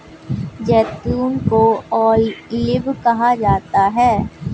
जैतून को ऑलिव कहा जाता है